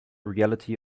reality